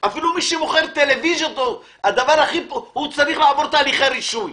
אפילו מי שמוכר טלוויזיות צריך לעבור תהליכי רישוי.